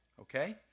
okay